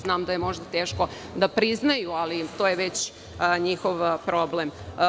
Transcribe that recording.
Znam da je to teško da priznaju, ali to je već njihov problem.